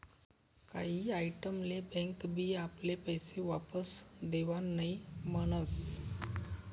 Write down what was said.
काही टाईम ले बँक बी आपले पैशे वापस देवान नई म्हनस